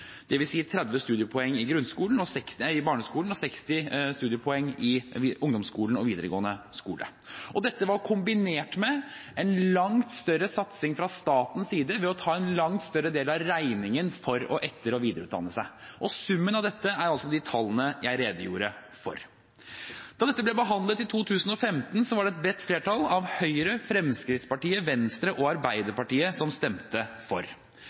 i barneskolen og 60 studiepoeng i ungdomsskolen og videregående skole. Dette var kombinert med en langt større satsing fra statens side ved å ta en langt større del av regningen for etter- og videreutdanning. Summen av dette er altså de tallene jeg redegjorde for. Da dette ble behandlet i 2015, var det et bredt flertall bestående av Høyre, Fremskrittspartiet, Venstre og Arbeiderpartiet som stemte for.